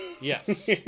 yes